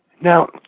Now